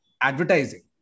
advertising